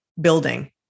building